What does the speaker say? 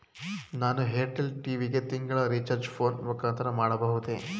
ನಾನು Airtel TV ಗೆ ತಿಂಗಳ ರಿಚಾರ್ಜ್ ಫೋನ್ ಮುಖಾಂತರ ಮಾಡಬಹುದೇ?